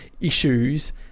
issues